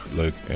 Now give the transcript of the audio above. leuk